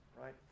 right